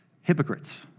Hypocrites